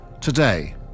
Today